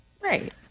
Right